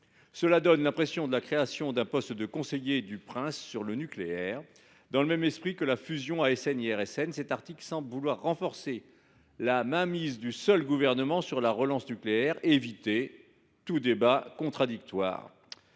Cela donne l’impression que l’on crée un poste de conseiller du prince sur le nucléaire, dans le même esprit que la fusion entre l’ASN et de l’IRSN. Cet article semble destiné à renforcer la mainmise du seul Gouvernement sur la relance nucléaire et à éviter tout débat contradictoire.